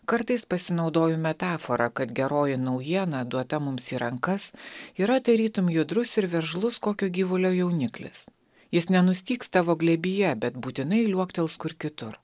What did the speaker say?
kartais pasinaudoju metafora kad geroji naujiena duota mums į rankas yra tarytum judrus ir veržlus kokio gyvulio jauniklis jis nenustygs tavo glėbyje bet būtinai liuoktels kur kitur